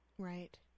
Right